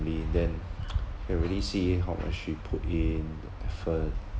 family then can really see how much she put in the effort